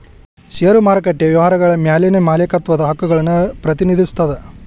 ಷೇರು ಮಾರುಕಟ್ಟೆ ವ್ಯವಹಾರಗಳ ಮ್ಯಾಲಿನ ಮಾಲೇಕತ್ವದ ಹಕ್ಕುಗಳನ್ನ ಪ್ರತಿನಿಧಿಸ್ತದ